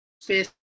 space